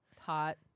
Hot